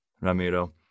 Ramiro